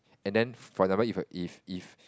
and then for example if if